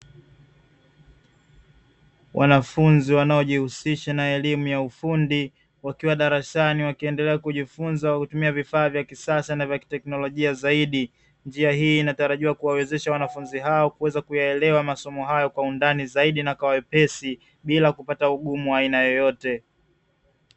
Wanafunzi wanaojihusisha na elimu ya ufundi, wakiwa darasani wakiendelea kujifunza kwa kutumia vifaa vya kisasa na vya kitekinolojia zaidi, njia hii inatarajiwa kuwawezesha wanafunzi hao kuweza kuyaelewa masomo hayo kwa undani zaidi na kwa wepesi, bila kupata ugumu wa aina yoyote.